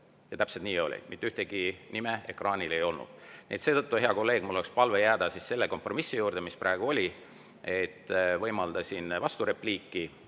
Ja täpselt nii oli, mitte ühtegi nime ekraanil ei olnud. Seetõttu, hea kolleeg, mul on palve jääda selle kompromissi juurde, mis praegu oli, et võimaldasin vasturepliiki.